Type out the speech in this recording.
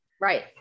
Right